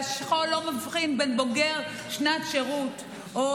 והשכול לא מבחין בין בוגר שנת שירות או